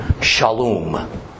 Shalom